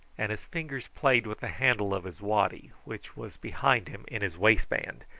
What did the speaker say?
and his fingers played with the handle of his waddy, which was behind him in his waistband,